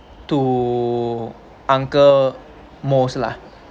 to uncle most lah